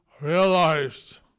realized